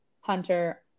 hunter